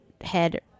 head